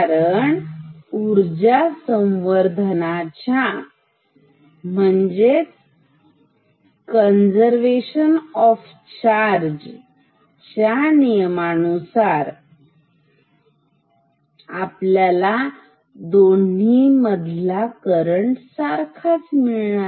कारण ऊर्जा संवर्धनाच्या नियमानुसार conservation of charge Conservation of Charge